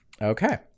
Okay